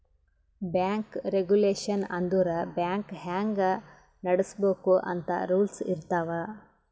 bank regulation ಅಂದುರ್ bank ಹ್ಯಾಂಗ್ ನಡುಸ್ಬೇಕ್ ಅಂತ್ ರೂಲ್ಸ್ ಇರ್ತಾವ್